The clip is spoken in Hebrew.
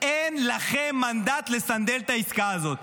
אין לכם מנדט לסנדל את העסקה הזאת.